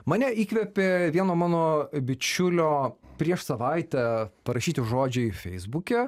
mane įkvėpė vieno mano bičiulio prieš savaitę parašyti žodžiai feisbuke